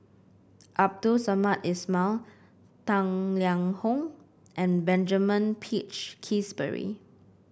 Abdul Samad Ismail Tang Liang Hong and Benjamin Peach Keasberry